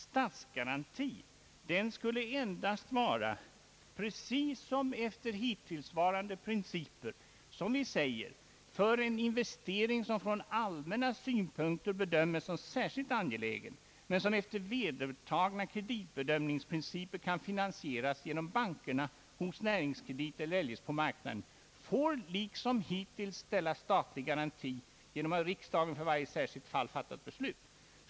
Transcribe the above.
Statsgaranti skulle endast lämnas precis som efter hittillsvarande principer för en investering, som från allmänna Ssynpunkter bedömes såsom särskilt angelägen men som efter vedertagna kreditbedömningsprinciper kan finansieras genom bankerna hos Näringskredit eller eljest på marknaden. Riksdagen skall för varje särskilt fall fatta beslut.